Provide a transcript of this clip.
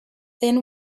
thin